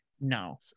No